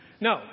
No